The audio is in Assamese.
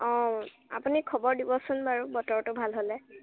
অঁ আপুনি খবৰ দিবচোন বাৰু বতৰটো ভাল হ'লে